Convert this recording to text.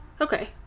Okay